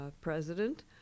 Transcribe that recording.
president